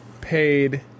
paid